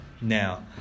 now